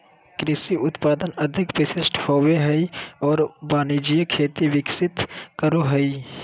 कृषि उत्पादन अधिक विशिष्ट होबो हइ और वाणिज्यिक खेती विकसित करो हइ